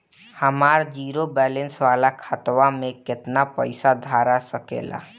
हमार zero balance वाला खतवा म केतना पईसा धरा सकेला?